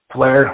Flair